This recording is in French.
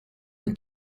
nous